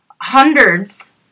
hundreds